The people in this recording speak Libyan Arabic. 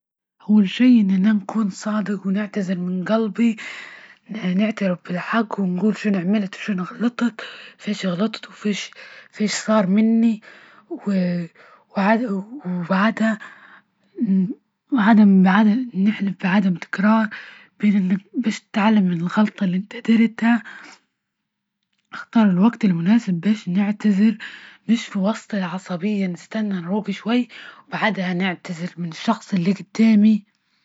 أول شي أن نكون صادق ونعتذر من جلبي نعترف بالحق ونجول شو أنا عملت شو أنا غلطت، وفي إيش صار مني و وبعدها بعدم نخلف بعدم التكرار باش نتعلم من الغلطة اللي دريتها، نختار الوقت المناسب باش نعتذر، في وسط العصبية نستي نروج شوي وبعدها نعتذر من الشخص اللي جدامي.